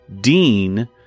dean